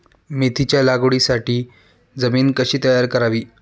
मेथीच्या लागवडीसाठी जमीन कशी तयार करावी?